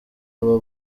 aba